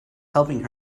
helping